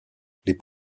les